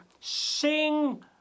Sing